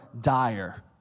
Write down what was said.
dire